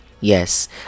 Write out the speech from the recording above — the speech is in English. Yes